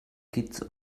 kitts